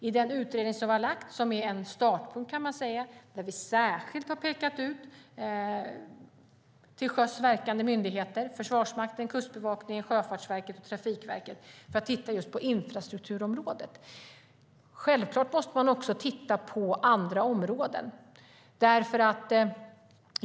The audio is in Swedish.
I den utredning som har presenterats och som är en startpunkt har vi särskilt pekat ut till sjöss verkande myndigheter - Försvarsmakten, Kustbevakningen, Sjöfartsverket och Trafikverket - för att titta just på infrastrukturområdet. Självfallet måste man också titta på andra områden.